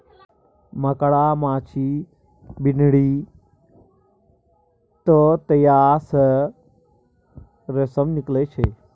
मकड़ा, माछी, बिढ़नी, ततैया सँ रेशम निकलइ छै